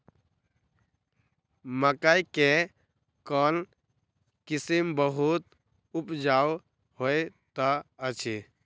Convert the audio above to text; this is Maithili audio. मकई केँ कोण किसिम बहुत उपजाउ होए तऽ अछि?